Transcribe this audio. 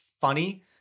funny